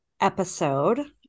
episode